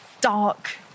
dark